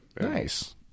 Nice